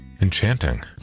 enchanting